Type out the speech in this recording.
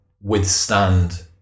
withstand